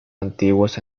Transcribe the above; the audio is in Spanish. antiguos